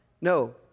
No